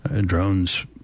drones